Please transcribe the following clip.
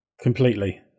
Completely